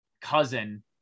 cousin